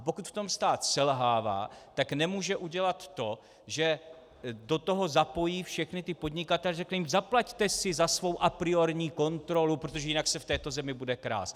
Pokud v tom stát selhává, tak nemůže udělat to, že do toho zapojí všechny podnikatele a řekne jim: Zaplaťte si za svou apriorní kontrolu, protože jinak se v této zemi bude krást.